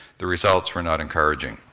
the results were not encouraging.